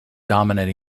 dominant